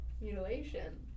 mutilation